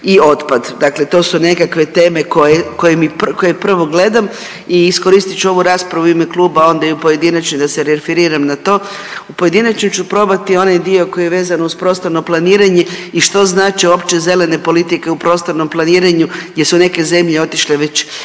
i otpad. Dakle, to su nekakve teme koje prvo gledam i iskoristit ću ovu raspravu u ime kluba, a onda i u pojedinačnoj da se referiram na to. U pojedinačnoj ću probati onaj dio koji je vezan uz prostorno planiranje i što znače uopće zelene politike u prostornom planiranju jer su neke zemlje otišle već daleko,